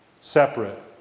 separate